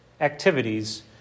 activities